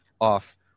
off